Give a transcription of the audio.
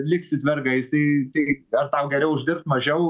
liksit vergais tai tai ar tau geriau uždirbt mažiau